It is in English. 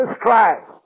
Christ